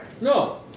No